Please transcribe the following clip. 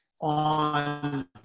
on